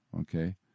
Okay